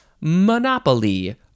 monopoly